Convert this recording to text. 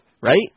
Right